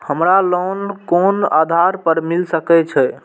हमरा लोन कोन आधार पर मिल सके छे?